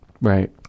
Right